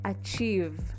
achieve